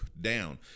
down